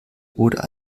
oder